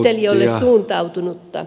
kohta loppuu